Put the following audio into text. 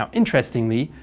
um interestingly,